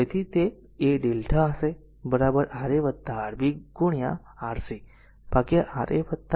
તેથી તે a Δ હશે Ra Rb ગુણ્યા Rc ભાગ્યા Ra Rb Rc